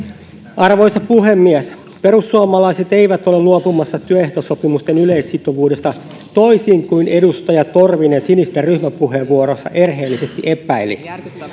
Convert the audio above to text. arvoisa puhemies perussuomalaiset eivät ole luopumassa työehtosopimusten yleissitovuudesta toisin kuin edustaja torvinen sinisten ryhmäpuheenvuorossa erheellisesti epäili